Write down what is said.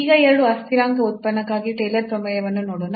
ಈಗ ಎರಡು ಅಸ್ಥಿರಾಂಕ ಉತ್ಪನ್ನಕ್ಕಾಗಿ ಟೇಲರ್ ಪ್ರಮೇಯವನ್ನು ನೋಡೋಣ